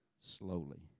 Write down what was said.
slowly